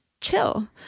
chill